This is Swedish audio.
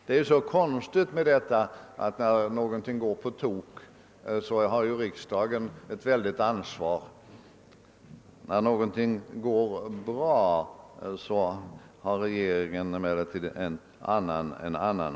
Det är så konstigt med detta — när någonting går på tok har riksdagen enligt regeringens uppfattning ett väldigt stort ansvar, medan regeringen, när någonting går bra, tar åt sig förtjänsten.